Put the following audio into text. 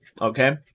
Okay